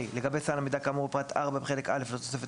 לגבי סל המידע כאמור בפרט 4 בחלק א' לתוספת